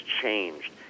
changed